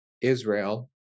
Israel